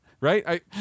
Right